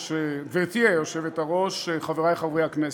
גברתי היושבת-ראש, חברי חברי הכנסת,